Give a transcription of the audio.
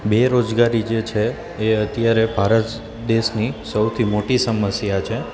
બેરોજગારી જે છે એ અત્યારે ભારત દેશની સૌથી મોટી સમસ્યા છે